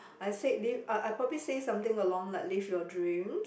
I said this I I probably saw something along like live your dreams